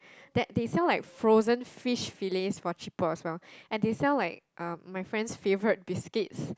that they sell like frozen fish fillets for cheaper as well and they sell like uh my friend's favourite biscuits